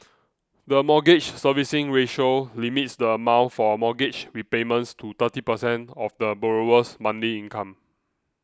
the Mortgage Servicing Ratio limits the amount for mortgage repayments to thirty percent of the borrower's monthly income